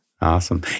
Awesome